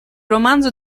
romanzo